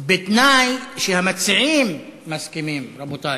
בתנאי שהמציעים מסכימים, רבותי.